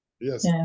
Yes